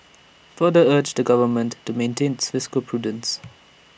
he further urged the government to maintain its fiscal prudence